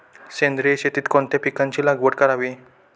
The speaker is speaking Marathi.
सेंद्रिय शेतीत कोणत्या पिकाची लागवड करावी?